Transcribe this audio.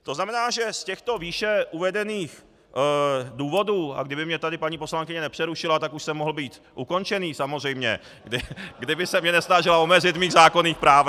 To znamená, že z těchto výše uvedených důvodů a kdyby mě tady paní poslankyně nepřerušila, tak už jsem mohl být ukončený samozřejmě , kdyby se mně nesnažila omezit v mých zákonných právech .